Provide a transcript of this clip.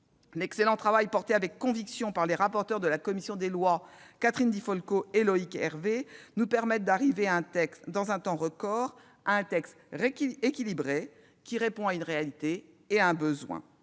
L'excellent travail, porté avec conviction par les rapporteurs de la commission des lois, Catherine Di Folco et Loïc Hervé, nous permet d'aboutir, dans un temps record, à un texte équilibré, répondant à une réalité et un besoin.